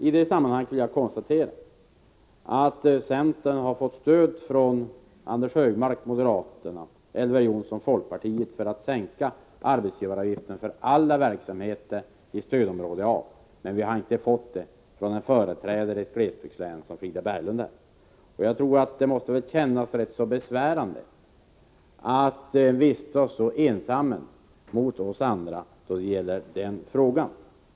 I det sammanhanget vill jag påpeka att centern fått stöd från Anders Högmark, moderaterna, och Elver Jonsson, folkpartiet, för att sänka arbetsgivaravgiften för alla verksamheter i stödområde A, men vi har inte fått något stöd från den företrädare för ett glesbygdslän som Frida Berglund är. Det måste väl kännas rätt besvärande att stå så ensam mot oss andra i denna fråga.